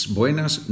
buenas